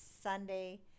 Sunday